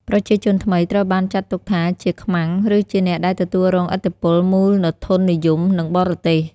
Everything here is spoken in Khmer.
ប្រជាជនថ្មីត្រូវបានចាត់ទុកថាជា "ខ្មាំង" ឬជាអ្នកដែលទទួលរងឥទ្ធិពលមូលធននិយម និងបរទេស។